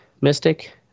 mystic